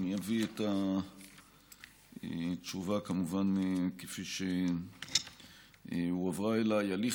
אני אביא את התשובה כפי שהועברה אליי: הליך